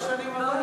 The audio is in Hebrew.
זה מה שאני שואל,